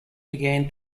began